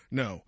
no